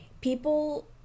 people